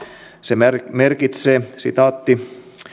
se merkitsee merkitsee